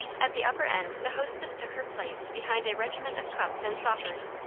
at the upper end the hostess took her place behind a regiment of cups and saucers,